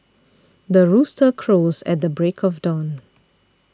the rooster crows at the break of dawn